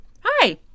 Hi